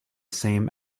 same